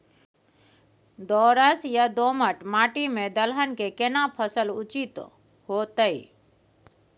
दोरस या दोमट माटी में दलहन के केना फसल उचित होतै?